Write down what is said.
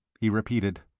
he repeated.